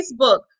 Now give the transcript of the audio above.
Facebook